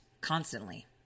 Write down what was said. constantly